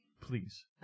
Please